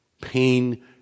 pain